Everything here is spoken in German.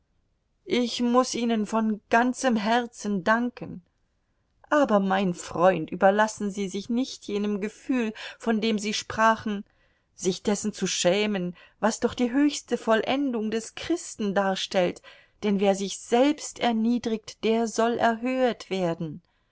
ich muß ihnen von ganzem herzen danken aber mein freund überlassen sie sich nicht jenem gefühl von dem sie sprachen sich dessen zu schämen was doch die höchste vollendung des christen darstellt denn wer sich selbst erniedrigt der soll erhöhet werden